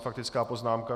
Faktická poznámka.